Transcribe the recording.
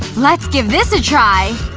let's give this a try!